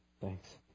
thanks